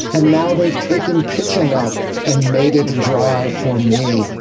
and now they've taken pitching up and made it to dry for me.